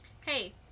Hey